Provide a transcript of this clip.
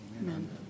Amen